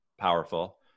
powerful